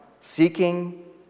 seeking